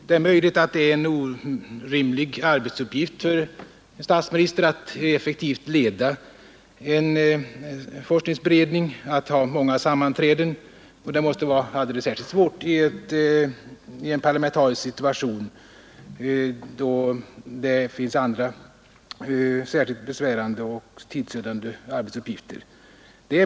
Det är möjligt att det är en orimlig arbetsuppgift för en statsminister att effektivt leda en forskningsberedning och ha många sammanträden, och det måste vara alldeles extra svårt i en parlamentarisk situation då det finns andra särskilt besvärande och tidsödande arbetsuppgifter.